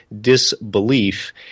disbelief